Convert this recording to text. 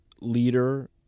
leader